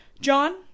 John